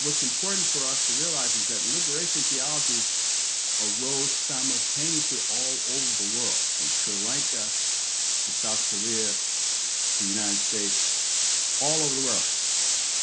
what's important for us to realize is that liberation theology arose simultaneously all over the world from sri lanka to south korea to the united states all over the world